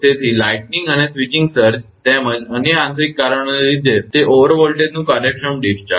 તેથી લાઇટનીંગ અને switching surge તેમજ અન્ય આંતરિક કારણોને લીધે તે ઓવર વોલ્ટેજનું કાર્યક્ષમ ડિસ્ચાર્જ